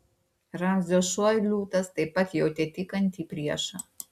ramzio šuo ir liūtas taip pat jautė tykantį priešą